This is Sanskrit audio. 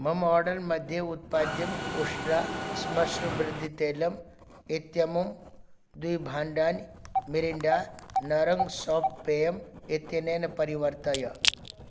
मम आर्डर् मध्ये उत्पाद्यं उष्ट्रा श्मश्रुवृद्धितैलम् इत्यमुं द्वे भाण्डानि मिरिण्डा नारङ्ग् साफ़्ट् पेयम् इत्यनेन परिवर्तय